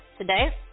Today